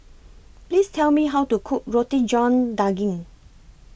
Please Tell Me How to Cook Roti John Daging